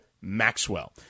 Maxwell